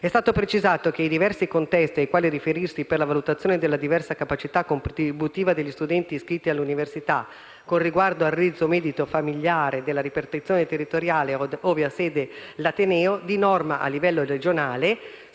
È stato precisato che i diversi contesti ai quali riferirsi per la valutazione della diversa capacità contributiva degli studenti iscritti all'università, con riguardo al reddito medio familiare della ripartizione territoriale ove ha sede l'ateneo, di norma a livello regionale,